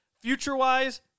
Future-wise